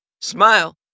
Smile